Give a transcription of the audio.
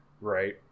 right